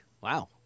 wow